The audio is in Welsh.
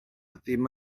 ddim